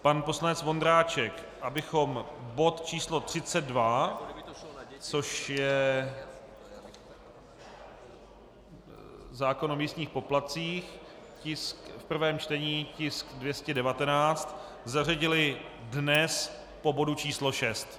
Pan poslanec Vondráček, abychom bod číslo 32, což je zákon o místních poplatcích v prvém čtení, tisk 219, zařadili dnes po bodu číslo 6.